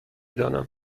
دانم